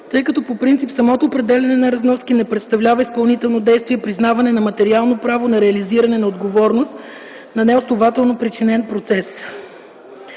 тъй като по принцип самото определяне на разноски не представлява изпълнително действие, а признаване на материално право на реализиране на отговорност за неоснователно причинен процес.